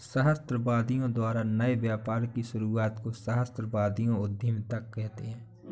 सहस्राब्दियों द्वारा नए व्यापार की शुरुआत को ही सहस्राब्दियों उधीमता कहते हैं